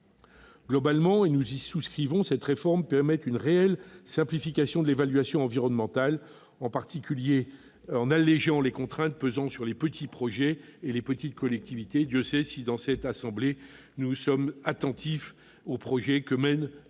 Globalement, et nous y souscrivons, cette réforme permet une réelle simplification de l'évaluation environnementale, en particulier en allégeant des contraintes qui pèsent sur les petits projets et les petites collectivités. Dieu sait que notre assemblée est particulièrement attentive aux projets menés par les